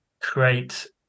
create